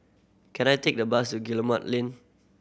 can I take a bus to Guillemard Lane